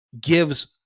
gives